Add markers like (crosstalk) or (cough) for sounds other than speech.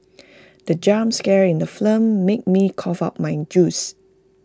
(noise) the jump scare in the film made me cough out my juice